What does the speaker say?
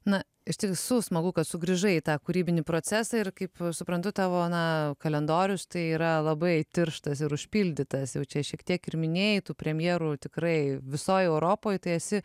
na iš tiesų smagu kad sugrįžai į tą kūrybinį procesą ir kaip aš suprantu tavo na kalendorius tai yra labai tirštas ir užpildytas jau čia šiek tiek ir minėjai tų premjerų tikrai visoj europoj tai esi